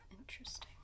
interesting